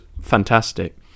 fantastic